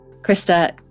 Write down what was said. krista